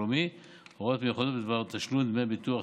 הלאומי (הוראות מיוחדות בדבר תשלום דמי ביטוח),